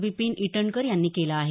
विपीन इटणकर यांनी केलं आहे